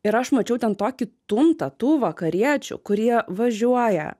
ir aš mačiau ten tokį tuntą tų vakariečių kurie važiuoja